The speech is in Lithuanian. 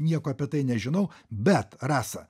nieko apie tai nežinau bet rasa